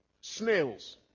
snails